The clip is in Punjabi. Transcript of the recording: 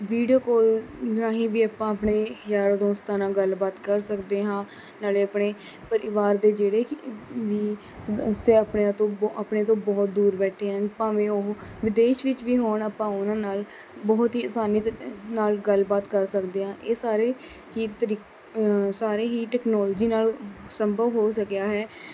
ਵੀਡੀਓ ਕਾਲ ਰਾਹੀਂ ਵੀ ਆਪਾਂ ਆਪਣੇ ਯਾਰਾਂ ਦੋਸਤਾਂ ਨਾਲ ਗੱਲਬਾਤ ਕਰ ਸਕਦੇ ਹਾਂ ਨਾਲੇ ਆਪਣੇ ਪਰਿਵਾਰ ਦੇ ਜਿਹੜੇ ਕਿ ਵੀ ਸਦੱਸਿਆ ਆਪਣਿਆਂ ਤੋਂ ਬ ਆਪਣਿਆਂ ਤੋਂ ਬਹੁਤ ਦੂਰ ਬੈਠੇ ਆ ਭਾਵੇਂ ਉਹ ਵਿਦੇਸ਼ ਵਿੱਚ ਵੀ ਹੋਣ ਆਪਾਂ ਉਹਨਾਂ ਨਾਲ ਬਹੁਤ ਹੀ ਆਸਾਨੀਅਤ ਨਾਲ ਗੱਲਬਾਤ ਕਰ ਸਕਦੇ ਹਾਂ ਇਹ ਸਾਰੇ ਹੀ ਹੀ ਤਰੀ ਸਾਰੇ ਹੀ ਟੈਕਨੋਲੋਜੀ ਨਾਲ ਸੰਭਵ ਹੋ ਸਕਿਆ ਹੈ